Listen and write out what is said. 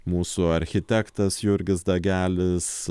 mūsų architektas jurgis dagelis